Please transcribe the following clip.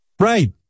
Right